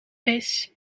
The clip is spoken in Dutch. vis